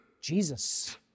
Jesus